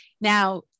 now